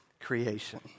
creation